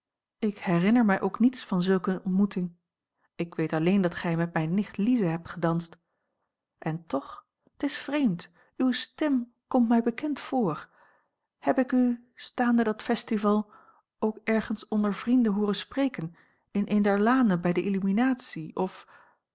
ik herinner mij ook niets van zulke ontmoeting ik weet alleen dat gij met mijne nicht lize hebt gedanst en toch t is vreemd uwe stem komt mij bekend voor heb ik u staande dat festival ook ergens onder vrienden hooren spreken in een der lanen bij de illuminatie of